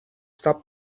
stop